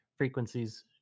frequencies